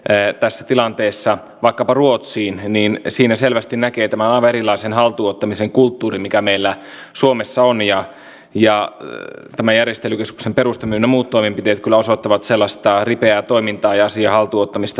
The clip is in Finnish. digitalisaation osalta vielä tuli muutamia puheenvuoroja ja haluan oikeastaan korjata jos sopii toivottavasti mietinnön tekijät eivät tykkää huonoa ja vähän täsmentäisin niiltä osin kun täällä tuli tämä kansallinen palveluarkkitehtuuri